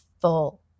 full